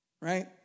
Right